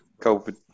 COVID